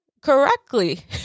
Correctly